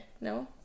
no